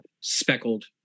speckled